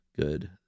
Good